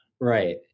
Right